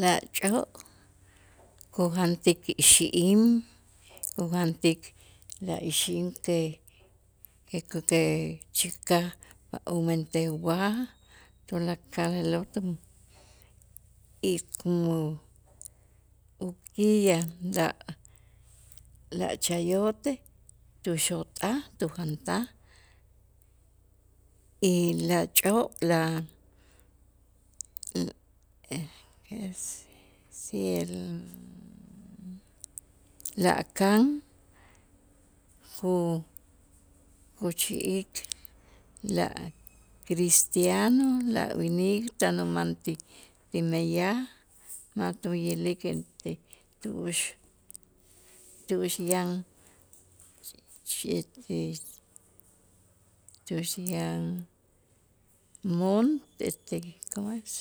La ch'o kujantik ixi'im ujantik la ixi'im que chäkaj umentej ub'aj tulakaloo' tu y como uguía da la chayotej tuxot'aj tujantaj y la ch'o la si el la kan ju- juchi'ik la cristiano la winik tan umantik ti meyaj ma' tuyilik este tu'ux tu'ux yan este tu'ux yan mon este como es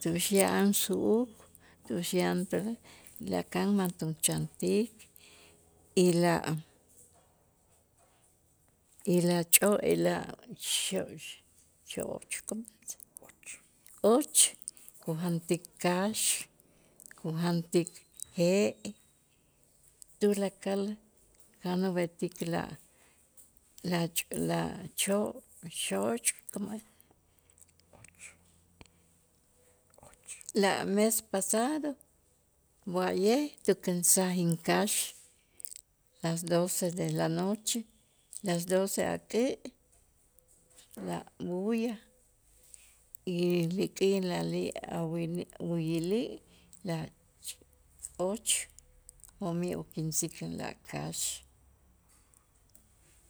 tu'ux yan su'uk lakan ma' tucha'antik y la y la ch'o y la xox- xoch como es och och kujantik kax, kujantik je' tulakal tan ub'etik la la ch'o la ch'o xo'och come es och, la ves pasado wa'ye' tukinsaj inkax las doce de la noche las doce ak'ä' la bulla y lik'il uyilik la och jo'mij ukinsik la kax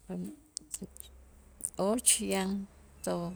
och yan to